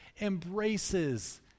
embraces